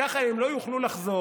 וכך הם לא יוכלו לחזור,